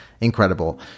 incredible